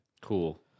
Cool